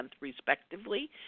respectively